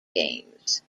games